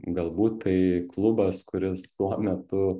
galbūt tai klubas kuris tuo metu